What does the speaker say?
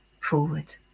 forward